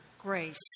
grace